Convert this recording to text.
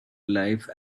life